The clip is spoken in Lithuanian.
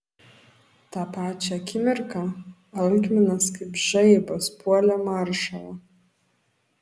tą pačią akimirką algminas kaip žaibas puolė maršalą